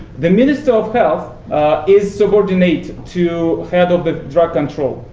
the minister of health is subordinate to head of the drug control.